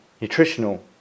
nutritional